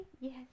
Yes